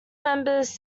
members